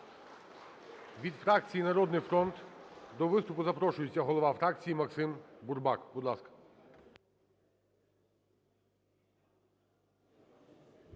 Від фракції "Народний фронт" до виступу запрошується голова фракції Максим Бурбак. Будь ласка.